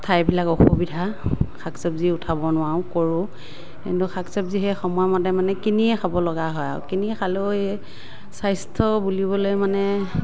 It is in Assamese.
ঠাইবিলাক অসুবিধা শাক চবজি উঠাব নোৱাৰো কৰোঁ কিন্তু শাক চবজি সেই সময়মতে মানে কিনিয়ে খাবলগা হয় আৰু কিনিয়ে খালেও সেই স্বাস্থ্য বুলিবলৈ মানে